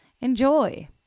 enjoy